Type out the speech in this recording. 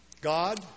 God